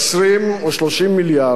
20 או 30 מיליארד,